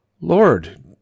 Lord